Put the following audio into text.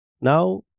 now